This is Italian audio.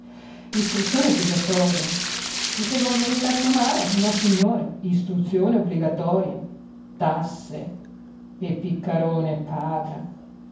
istruzione obbligatoria e se voglio restar somaro nossignore istruzione obbligatoria tasse e piccarone paga